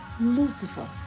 Lucifer